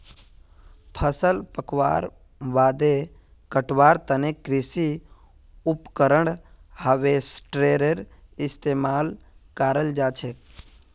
फसल पकवार बादे कटवार तने कृषि उपकरण हार्वेस्टरेर इस्तेमाल कराल जाछेक